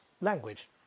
language